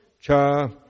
cha